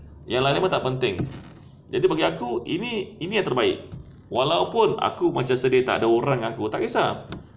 yang lain tak penting jaid bagi aku ini ini yang terbaik walaupun aku macam sedih tak ada orang yang aku tak kisah